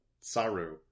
Saru